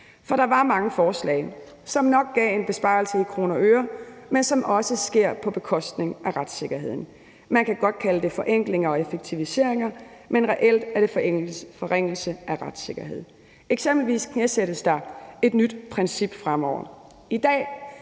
For der var mange forslag, som nok gav en besparelse i kroner og øre, men som også sker på bekostning af retssikkerheden. Man kan godt kalde det forenklinger og effektiviseringer, men reelt er det forringelse af retssikkerheden. Eksempelvis knæsættes der et nyt princip fremover.